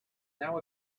now